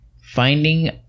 finding